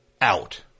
out